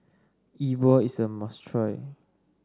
E Bua is a must try